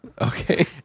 okay